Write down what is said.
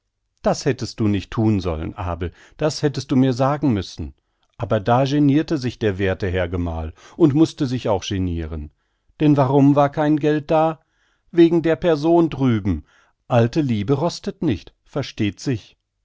das hättest du nicht thun sollen abel das hättest du mir sagen müssen aber da genirte sich der werthe herr gemahl und mußte sich auch geniren denn warum war kein geld da wegen der person drüben alte liebe rostet nicht versteht sich